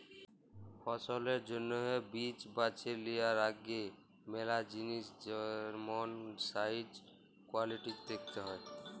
ফসলের জ্যনহে বীজ বাছে লিয়ার আগে ম্যালা জিলিস যেমল সাইজ, কোয়ালিটিজ দ্যাখতে হ্যয়